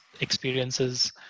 experiences